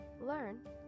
Learn